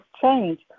change